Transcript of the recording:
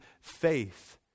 faith